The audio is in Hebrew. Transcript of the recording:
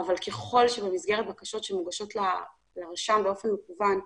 אבל ככל שבמסגרת בקשות שמוגשות לרשם באופן מקוון,